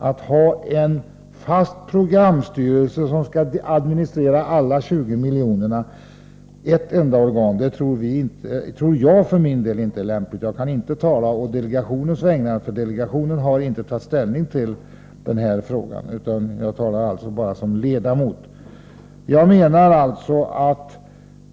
Att ha en fast programstyrelse som skall administrera alla 20 miljonerna i ett enda organ tror jag för min del inte är lämpligt. Jag kan inte tala å delegationens vägnar, för delegationen har inte tagit ställning till den frågan, utan jag talar bara som ledamot.